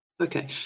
Okay